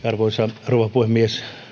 arvoisa rouva puhemies